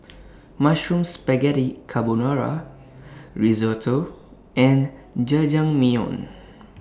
Mushroom Spaghetti Carbonara Risotto and Jajangmyeon